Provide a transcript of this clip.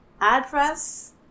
Address